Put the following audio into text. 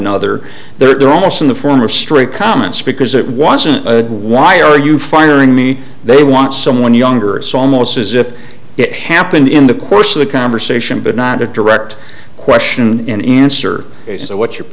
another they're almost in the front of straight comments because it wasn't why are you finding me they want someone younger it's almost as if it happened in the course of the conversation but not a direct question and answer so what's your